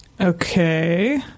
Okay